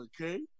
okay